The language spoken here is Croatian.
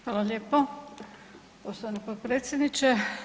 Hvala lijepo poštovani potpredsjedniče.